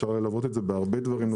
אפשר ללוות את זה בהרבה דברים נוספים.